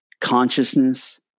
consciousness